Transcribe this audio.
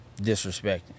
disrespecting